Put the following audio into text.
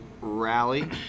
rally